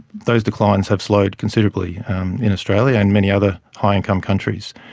those declines have slowed considerably in australia and many other high income countries,